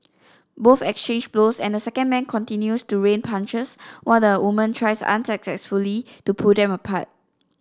both exchange blows and the second man continues to rain punches while the woman tries unsuccessfully to pull them apart